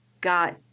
got